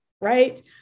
right